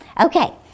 Okay